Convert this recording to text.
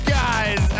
guys